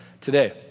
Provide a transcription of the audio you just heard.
today